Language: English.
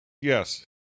Yes